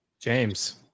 James